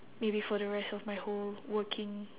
maybe for the rest of my whole working